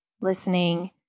listening